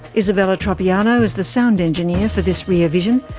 isabella tropiano is the sound engineer for this rear vision.